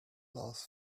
last